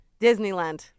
Disneyland